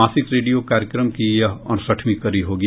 मासिक रेडियो कार्यक्रम की यह अड़सठवीं कड़ी होगी